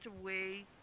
away